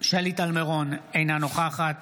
שלי טל מירון, אינה נוכחת